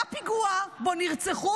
היה פיגוע שבו נרצחו,